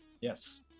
Yes